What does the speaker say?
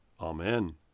Amen